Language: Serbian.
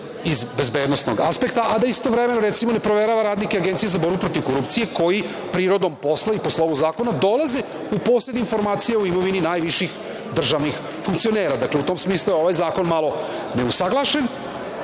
iz bezbednosnog aspekta, a da istovremeno, recimo, ne proverava radnike Agencije za borbu protiv korupcije, koji prirodom posla i po slovu zakona dolaze u posed informacija o imovini najviših državnih funkcionera? Dakle, u tom smislu je ovaj zakon malo neusaglašen